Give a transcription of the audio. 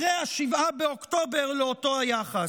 אחרי 7 באוקטובר, לאותו היחס.